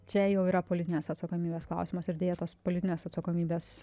čia jau yra politinės atsakomybės klausimas ir deja tos politinės atsakomybės